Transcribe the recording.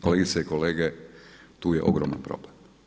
Kolegice i kolege tu je ogroman problem.